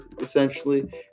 essentially